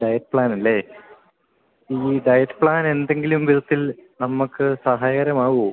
diet plan അല്ലേ ഈ diet plan എന്തെങ്കിലും വിധത്തിൽ നമ്മൾക്ക് സഹായകരമാവുമോ